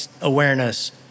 awareness